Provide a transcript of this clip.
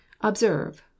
observe